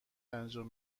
انجام